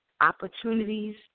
opportunities